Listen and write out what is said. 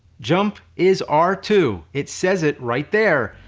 jump is r two. it says it right there.